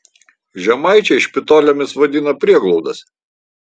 žemaičiai špitolėmis vadina prieglaudas